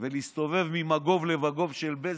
ולהסתובב ממגוב למגוב של בזק,